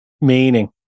Meaning